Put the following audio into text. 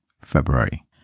February